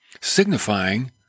signifying